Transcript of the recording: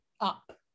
up